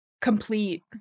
complete